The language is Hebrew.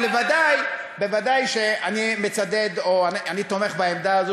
אבל ודאי שאני מצדד או תומך בעמדה,